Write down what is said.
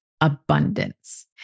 abundance